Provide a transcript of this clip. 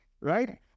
right